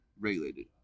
regulated